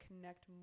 connect